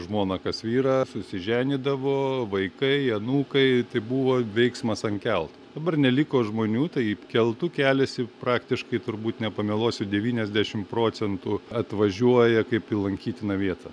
žmoną kas vyrą susiženydavo vaikai anūkai tai buvo veiksmas ant kelto dabar neliko žmonių tai keltu keliasi praktiškai turbūt nepameluosiu devyniasdešimt procentų atvažiuoja kaip į lankytiną vietą